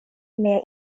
mia